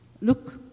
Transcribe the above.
Look